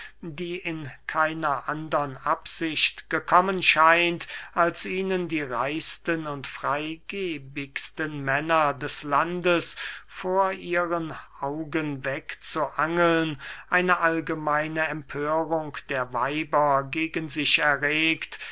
die in keiner andern absicht gekommen scheint als ihnen die reichsten und freygebigsten männer des landes vor ihren augen wegzuangeln eine allgemeine empörung der weiber gegen sich erregt